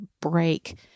break